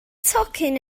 tocyn